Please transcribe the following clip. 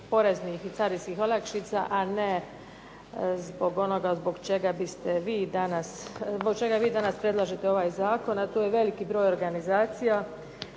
poreznih i carinskih olakšica, a ne zbog onoga zbog čega biste vi danas, zbog čega vi danas predlažete ovaj zakon, a to je veliki broj organizacija